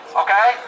okay